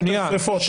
יש יותר שריפות.